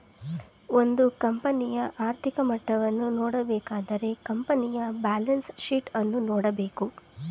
ಒಂದು ಕಂಪನಿಯ ಆರ್ಥಿಕ ಮಟ್ಟವನ್ನು ನೋಡಬೇಕಾದರೆ ಕಂಪನಿಯ ಬ್ಯಾಲೆನ್ಸ್ ಶೀಟ್ ಅನ್ನು ನೋಡಬೇಕು